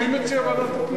מי מציע ועדת הפנים?